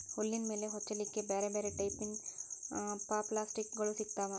ಹುಲ್ಲಿನ ಮೇಲೆ ಹೊಚ್ಚಲಿಕ್ಕೆ ಬ್ಯಾರ್ ಬ್ಯಾರೆ ಟೈಪಿನ ಪಪ್ಲಾಸ್ಟಿಕ್ ಗೋಳು ಸಿಗ್ತಾವ